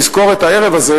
נזכור את הערב הזה,